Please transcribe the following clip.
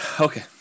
okay